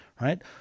right